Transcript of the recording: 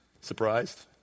Surprised